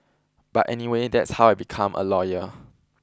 but anyway that's how I became a lawyer